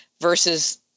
versus